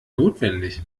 notwendig